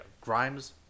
Grimes